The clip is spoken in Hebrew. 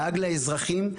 דאג לאזרחים.